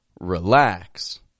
relax